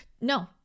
No